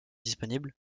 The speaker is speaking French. disponible